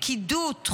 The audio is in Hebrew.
פקידות,